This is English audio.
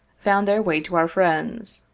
found their way to our friends.